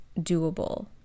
doable